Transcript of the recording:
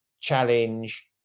challenge